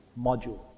module